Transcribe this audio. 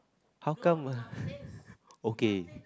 how come okay